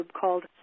called